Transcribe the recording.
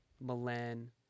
Milan